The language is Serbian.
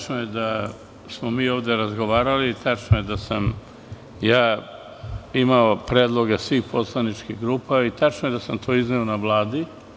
Tačno je da smo mi ovde razgovarali i tačno je da sam ja imao predloge svih poslaničkih grupa i tačno je da sam to izneo na Vladi.